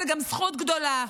זו גם זכות גדולה.